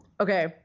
Okay